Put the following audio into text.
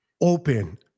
open